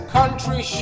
Country